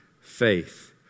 faith